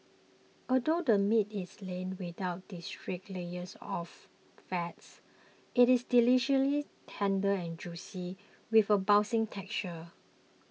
although the meat is lean without distinct layers of fats it is deliciously tender and juicy with a bouncy texture